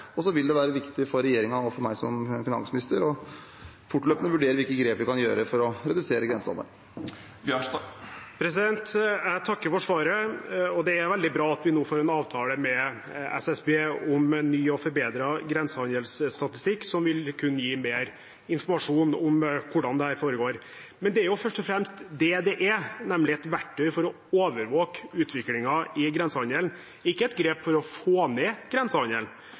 Så vil det være viktig for regjeringen og meg som finansminister fortløpende å vurdere hvilke grep vi kan ta for å redusere grensehandelen. Jeg takker for svaret. Det er veldig bra at vi nå får en avtale med SSB om en ny og forbedret grensehandelsstatistikk som vil kunne gi mer informasjon om hvordan dette foregår. Men det er jo først og fremst det det er, nemlig et verktøy for å overvåke utviklingen i grensehandelen, ikke et grep for å få ned grensehandelen,